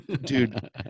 dude